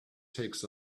takes